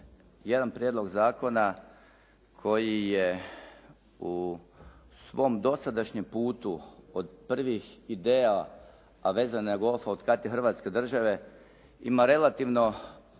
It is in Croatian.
jedan prijedlog zakona koji je u svom dosadašnjem putu od prvim ideja, a vezane na golfa od kad je Hrvatske države ima relativno